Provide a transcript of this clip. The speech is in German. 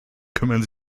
kümmern